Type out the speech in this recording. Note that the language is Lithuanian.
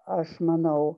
aš manau